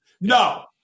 No